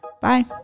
Bye